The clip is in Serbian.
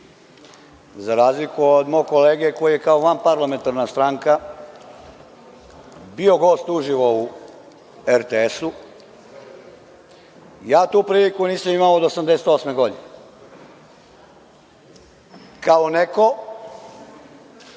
za razliku od mog kolege koji je kao vanparlamentarna stranka bio gost uživo na RTS-u, ja tu priliku nisam imao od 1988. godine, kao neko